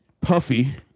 Puffy